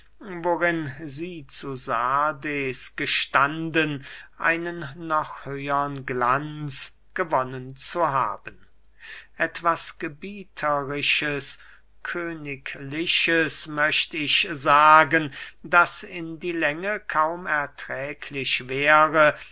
worin sie zu sardes gestanden einen noch höhern glanz gewonnen zu haben etwas gebieterisches königliches möcht ich sagen das in die länge kaum erträglich wäre